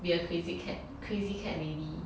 be a crazy cat crazy cat lady